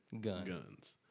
guns